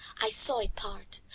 i saw it part.